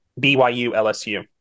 BYU-LSU